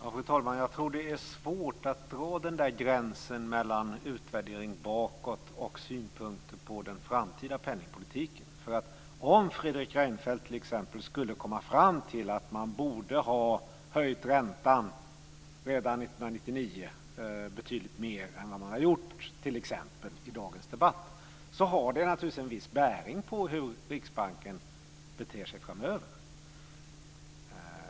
Fru talman! Jag tror att det är svårt att dra gränsen mellan utvärdering bakåt och synpunkter på den framtida penningpolitiken. Om Fredrik Reinfeldt t.ex. i dagens debatt skulle komma fram till att Riksbanken borde ha höjt räntan redan 1999 betydligt mer än vad den har gjort, har det naturligtvis en viss bäring på hur Riksbanken beter sig framöver.